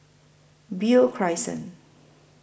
Beo Crescent